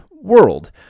world